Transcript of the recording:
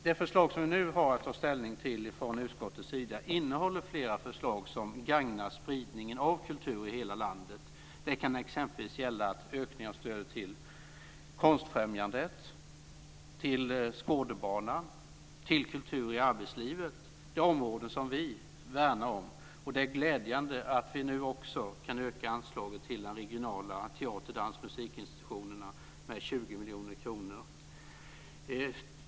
Det förslag från utskottet som vi nu har att ta ställning till innehåller flera delförslag som gagnar spridningen av kultur i hela landet. Det kan exempelvis gälla ökning av stödet till Konstfrämjandet, Skådebanan, Kultur i arbetslivet, det område som vi värnar om. Det är glädjande att vi nu också kan öka anslaget till de regionala teater-, dans och musikinstitutionerna med 20 miljoner kronor.